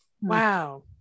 Wow